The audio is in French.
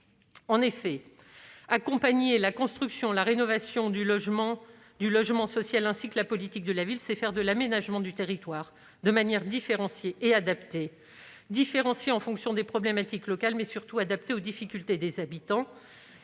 Accompagner la construction et la rénovation du logement social, déployer une politique de la ville, c'est faire de l'aménagement du territoire de manière différenciée et adaptée : différenciée en fonction des problématiques locales, mais surtout adaptée aux difficultés des habitants.